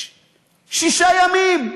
שישה ימים,